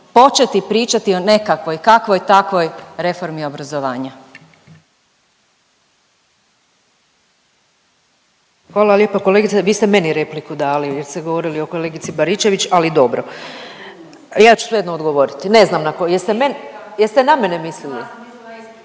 početi pričati o nekakvoj, kakvoj takvoj reformi obrazovanja. **Bedeković, Vesna (HDZ)** Hvala lijepa, kolegice vi ste meni repliku dali jer ste govorili o kolegici Baričević, ali dobro ja ću svejedno odgovoriti. Ne znam na ko…, jeste me… …/Upadica